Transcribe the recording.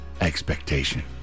expectation